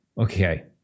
Okay